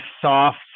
soft